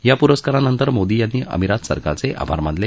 या पुरस्कारानंतर मोदी यांनी अमिरात सरकारचे आभार मानले